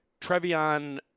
Trevion